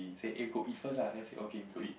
say eh we go eat first lah then okay we go eat